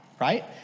right